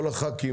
כל חברי הכנסת,